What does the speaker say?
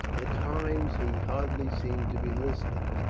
at times he hardly seemed to be listening,